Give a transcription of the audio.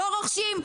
לא רוכשים,